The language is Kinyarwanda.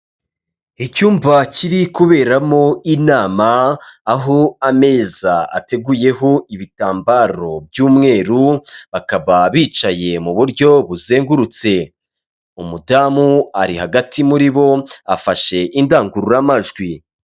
Icyumba kiri kuberamo inama aho ameza ateguyeho ibitambaro by'umweru, bakaba bicaye mu buryo buzengurutse. Umudamu ari hagati muri bo afashe indangururamajwi.